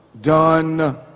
done